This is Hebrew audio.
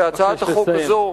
שהצעת החוק הזו,